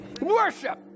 Worship